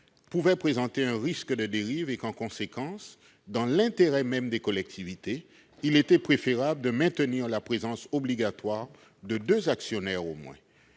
pouvait présenter un risque de dérive et qu'en conséquence, dans l'intérêt même des collectivités, il était préférable de maintenir la présence obligatoire de deux actionnaires au moins